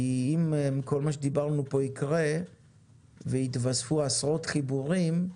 כי אם כל מה שדיברנו פה יקרה ויתווספו עשרות חיבורים,